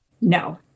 No